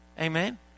Amen